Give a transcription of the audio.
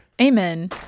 Amen